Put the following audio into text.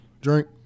drink